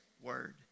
word